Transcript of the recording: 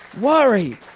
worry